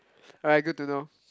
alright good to know